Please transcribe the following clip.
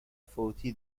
فوتی